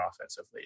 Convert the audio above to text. offensively